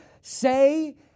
say